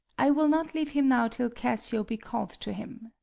i will not leave him now till cassio be call'd to him.